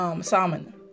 salmon